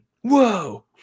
Whoa